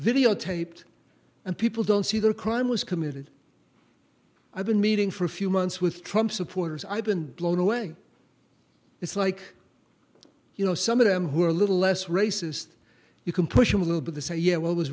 videotaped and people don't see their crime was committed i've been meeting for a few months with trump supporters i've been blown away it's like you know some of them who are a little less racist you can push them a little bit to say you know what was